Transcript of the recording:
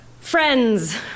Friends